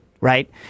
right